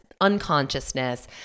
unconsciousness